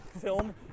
film